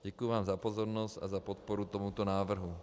Děkuji vám za pozornost a za podporu tomuto návrhu.